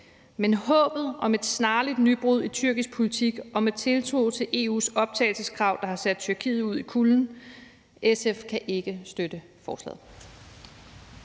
Med håbet om et snarligt nybrud i tyrkisk politik og med tiltro til EU's optagelseskrav, der har sat Tyrkiet ud i kulden, kan SF ikke støtte forslaget.